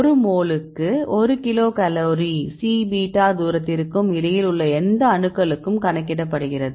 ஒரு மோலுக்கு 1 kilo calorie C beta தூரத்திற்கும் இடையில் உள்ள எந்த அணுக்களுக்கும் கணக்கிடப்படுகிறது